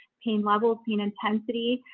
pain level of pain intensity,